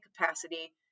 capacity